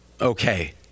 Okay